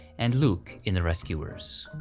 and luke in the rescuers.